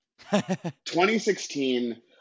2016